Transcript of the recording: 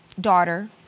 daughter